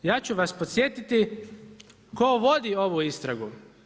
Ja ću vas podsjetiti tko vodi ovu istragu.